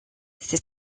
ses